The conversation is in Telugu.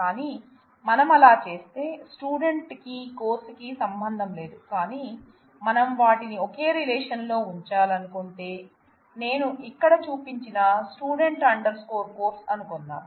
కానీ మనం అలా చేస్తే స్టూడెంట్ కీ కోర్సుకీ సంబంధం లేదు కానీ మనం వాటిని ఒకే రిలేషన్ లో ఉంచాలనుకుంటే నేను ఇక్కడ చూపించిన Student Course అనుకుందాం